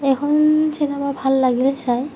এইখন চিনেমা ভাল লাগিল চাই